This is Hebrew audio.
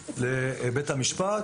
שעות לבית המשפט.